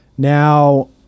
Now